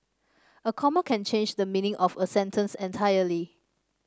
a comma can change the meaning of a sentence entirely